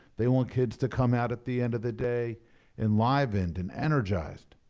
they want kids to come out at the end of the day enlivened and energized.